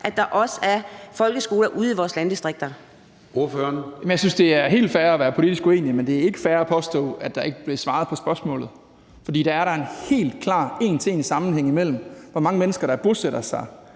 Kl. 09:56 Christian Rabjerg Madsen (S): Jeg synes, det er helt fair at være politisk uenig, men det er ikke fair at påstå, at der ikke blev svaret på spørgsmålet, for der er da en helt klar en til en-sammenhæng imellem, hvor mange mennesker der bosætter sig